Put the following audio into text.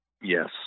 Yes